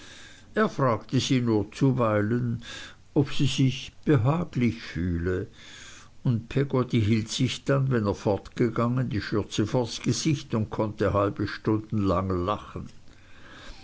er fragte sie nur zuweilen ob sie sich behaglich fühle und peggotty hielt sich dann wenn er fort gegangen die schürze vors gesicht und konnte halbe stunden lang lachen